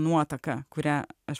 nuotaka kurią aš